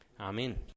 Amen